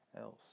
else